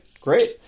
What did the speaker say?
great